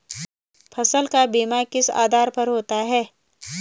फसल का बीमा किस आधार पर होता है?